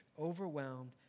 overwhelmed